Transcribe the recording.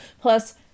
Plus